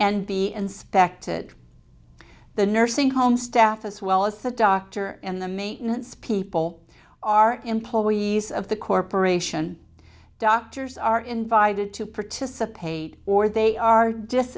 and be inspected the nursing home staff as well as the doctor and the maintenance people are employees of the corporation doctors are invited to participate or they are